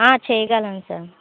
ఆ చేయగలను సార్